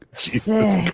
Jesus